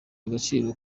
agaciro